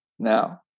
Now